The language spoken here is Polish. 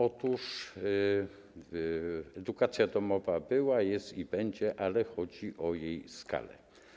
Otóż edukacja domowa była, jest i będzie, ale chodzi o jej skalę.